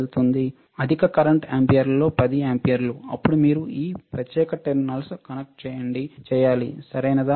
అధిక కరెంట్ ఆంపియర్లలో 10 ఆంపియర్లు అప్పుడు మీరు ఈ ప్రత్యేక టెర్మినల్స్ కనెక్ట్ చేయండి చేయాలి సరియైనదా